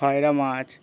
খয়রা মাছ